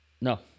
no